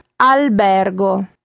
albergo